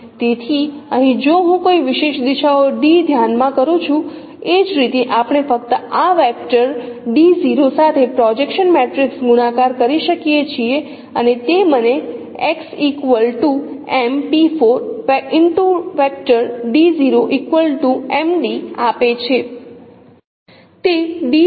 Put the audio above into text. તેથી અહીં જો હું કોઈ વિશેષ દિશાઓ d ધ્યાનમાં કરું છું એ જ રીતે આપણે ફક્ત આ વેક્ટર સાથે પ્રોજેક્શન મેટ્રિક્સ ગુણાકાર કરી શકીએ છીએ અને તે મને આપે છે તે d સાથે મેટ્રિક્સ M નો ગુણાકાર આપશે